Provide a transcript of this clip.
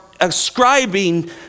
ascribing